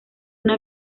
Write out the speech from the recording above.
una